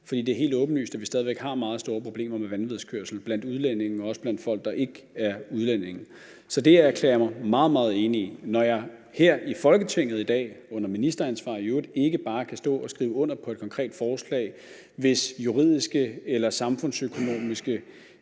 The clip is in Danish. For det er helt åbenlyst, at vi stadig væk har meget store problemer med vanvidskørsel blandt udlændinge og også blandt folk, der ikke er udlændinge. Så det erklærer jeg mig meget, meget enig i. Når jeg her i Folketinget i dag, i øvrigt under ministeransvar, ikke bare kan stå og skrive under på et konkret forslag, hvis juridiske eller samfundsøkonomiske